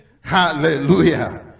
hallelujah